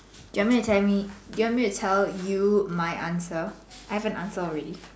you want me to tell me you want me to tell you my answer I have an answer already